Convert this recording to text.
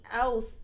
else